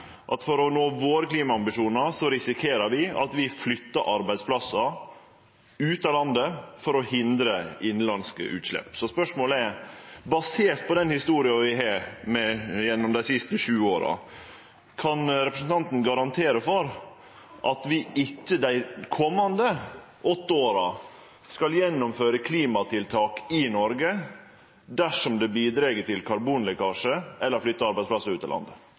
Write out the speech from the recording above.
at for å nå våre klimaambisjonar risikerer vi at vi flyttar arbeidsplassar ut av landet for å hindre innanlandske utslepp. Spørsmålet er: Basert på den historia vi har gjennom dei siste sju åra, kan representanten garantere for at vi ikkje dei komande åtte åra skal gjennomføre klimatiltak i Noreg dersom dei bidreg til karbonlekkasje eller flyttar arbeidsplassar ut av landet?